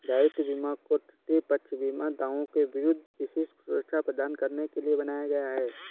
दायित्व बीमा को तृतीय पक्ष बीमा दावों के विरुद्ध विशिष्ट सुरक्षा प्रदान करने के लिए बनाया गया है